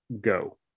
go